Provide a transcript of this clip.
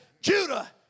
Judah